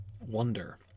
wonder